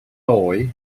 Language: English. doyle